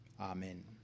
Amen